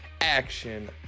action